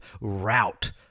route